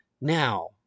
Now